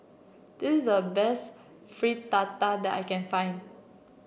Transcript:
this is the best Fritada that I can find